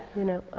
you know.